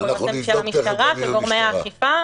הסמכויות הן של המשטרה וגורמי האכיפה,